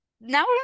Now